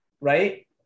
right